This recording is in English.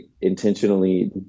intentionally